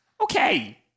Okay